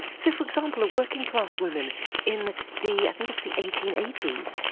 so, for example, working class women in the, i think it's the eighteen eighty s,